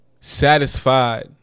satisfied